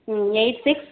ம் eight six